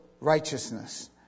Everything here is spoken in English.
righteousness